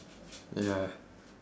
ya